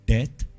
Death